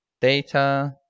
data